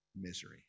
Misery